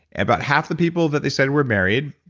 about half the people that they studied were married.